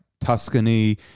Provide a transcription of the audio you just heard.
Tuscany